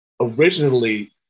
originally